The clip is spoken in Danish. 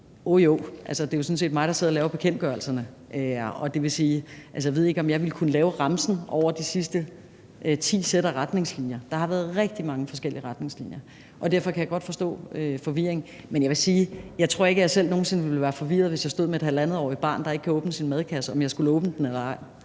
jo; det er jo sådan set mig, der sidder og laver bekendtgørelserne. Og altså, jeg ved ikke, om jeg ville kunne sige remsen over de sidste ti sæt af retningslinjer. Der har været rigtig mange forskellige retningslinjer, og derfor kan jeg godt forstå forvirringen. Men jeg vil sige, at jeg tror ikke, at jeg selv nogen sinde ville være forvirret, hvis jeg stod med et halvandetårigt barn, der ikke kunne åbne sin madkasse, i forhold til om jeg skulle åbne den eller ej.